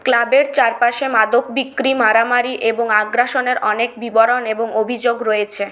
ক্লাবের চারপাশে মাদক বিক্রি মারামারি এবং আগ্রাসনের অনেক বিবরণ এবং অভিযোগ রয়েছে